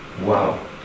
Wow